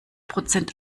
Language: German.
prozent